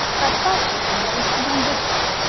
have fasted in lent and on vigils,